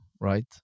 right